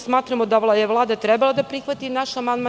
Smatramo da je Vlada trebalo da prihvati naš amandman.